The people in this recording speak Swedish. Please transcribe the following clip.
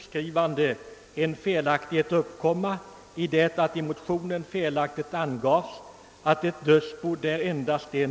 skiftat i och med dödsfallet.